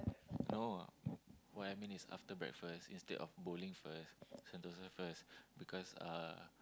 no what I mean is after breakfast instead of bowling first Sentosa first because uh